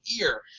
ear